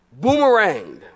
Boomeranged